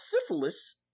syphilis